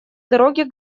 дороге